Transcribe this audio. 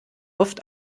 oft